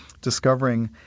discovering